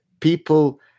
people